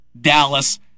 Dallas